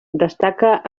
destaca